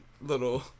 little